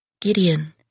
Gideon